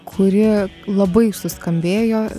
kuri labai suskambėjo